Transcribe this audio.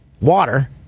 water